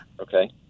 Okay